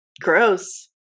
gross